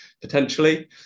potentially